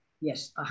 Yes